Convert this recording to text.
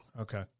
okay